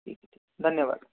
ठीक है ठीक धन्यवाद